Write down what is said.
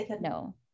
No